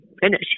finish